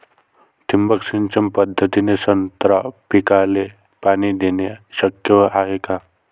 ठिबक सिंचन पद्धतीने संत्रा पिकाले पाणी देणे शक्य हाये का?